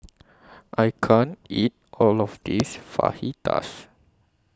I can't eat All of This